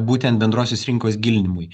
būtent bendrosios rinkos gilinimui